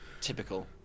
typical